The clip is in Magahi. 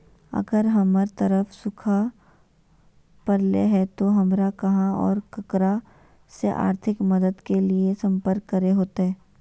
अगर हमर तरफ सुखा परले है तो, हमरा कहा और ककरा से आर्थिक मदद के लिए सम्पर्क करे होतय?